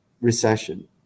recession